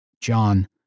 John